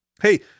Hey